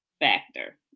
factor